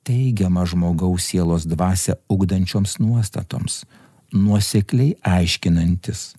teigiamą žmogaus sielos dvasią ugdančioms nuostatoms nuosekliai aiškinantis